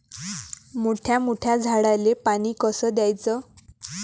मोठ्या मोठ्या झाडांले पानी कस द्याचं?